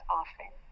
often